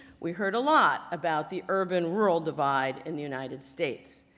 we heard a lot about the urban-rural divide in the united states.